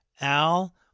Al